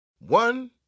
One